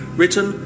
written